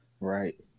right